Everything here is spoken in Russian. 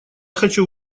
хочу